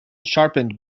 sharpened